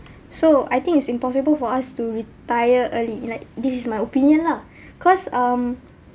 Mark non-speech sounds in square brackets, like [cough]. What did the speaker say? so I think it's impossible for us to retire early in like this is my opinion lah [breath] cause um